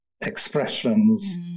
expressions